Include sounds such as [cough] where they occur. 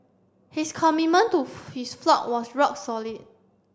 his commitment to [unintelligible] his flock was rock solid